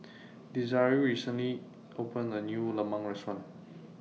Desiree recently opened A New Lemang Restaurant